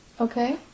Okay